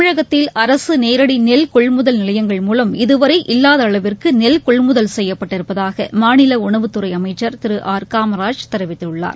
தமிழகத்தில் அரசு நேரடி நெல் கொள்முதல் நிலையங்கள் மூலம் இதுவரை இல்லாத அளவிற்கு நெல் கொள்முதல் செய்யப்பட்டிருப்பதாக மாநில உணவுத்துறை அமைச்சர் திரு ஆர் காமராஜ் தெரிவித்துள்ளார்